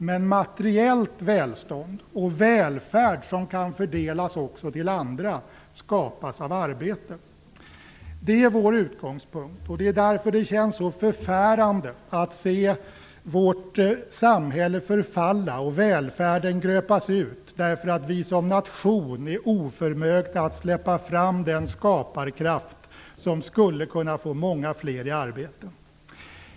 Men materiellt välstånd och välfärd som kan fördelas också till andra skapas av arbete. Det är vår utgångspunkt, och det är därför det känns så förfärande att se vårt samhälle förfalla och välfärden gröpas ur därför att vi som nation är oförmögna att släppa fram den skaparkraft som skulle kunna få många fler i arbete.